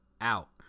out